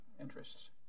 interests